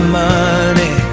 money